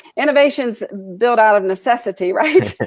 innovation is built out of necessity, right?